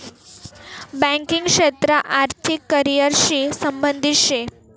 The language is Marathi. बँकिंग क्षेत्र आर्थिक करिअर शी संबंधित शे